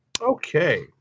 Okay